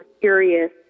curious